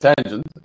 tangent